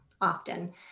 often